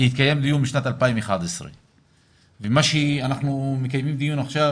כי התקיים דיון בשנת 2011. אנחנו מקיימים דיון עכשיו,